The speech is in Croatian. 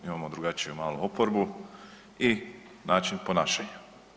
Imamo drugačiju malo oporbu i način ponašanja.